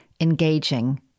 engaging